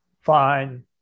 fine